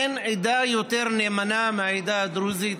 אין עדה יותר נאמנה מהעדה הדרוזית